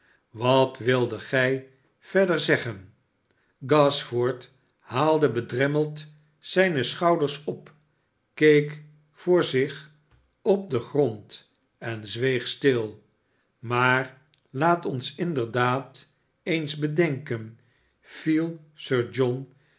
swat wildet gij verder zeggen gashford haalde bedremmeld zijne schouders op keek voor zich op den grond en zweeg stil maar laat ons inderdaad eens bedenken viel sir john